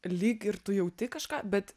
lyg ir tu jauti kažką bet